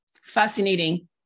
Fascinating